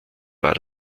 war